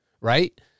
Right